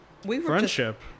friendship